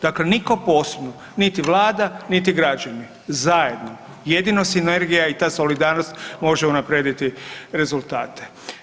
Dakle nitko ... niti Vlada niti građani zajedno, jedino sinergija i ta solidarnost može unaprijediti rezultate.